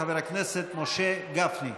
חבר הכנסת משה גפני.